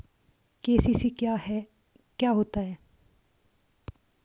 KCC क्या होता है?